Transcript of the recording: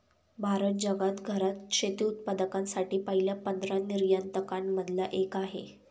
भारत जगात घरात शेती उत्पादकांसाठी पहिल्या पंधरा निर्यातकां न मधला एक आहे